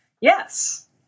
Yes